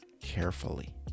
carefully